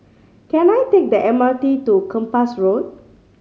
can I take the M R T to Kempas Road